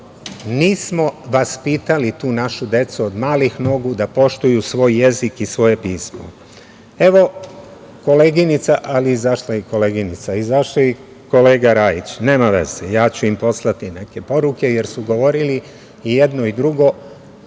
Nismo vaspitali tu našu decu od malih nogu da poštuju svoj jezik i svoje pismo. Evo, koleginica… Ali, izašla je i koleginica. Izašao je i kolega Rajić. Nema veze. Ja ću im poslati neke poruke, jer su govorili i jedno i drugo